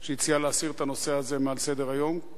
שהציע להסיר את הנושא הזה מעל סדר-היום,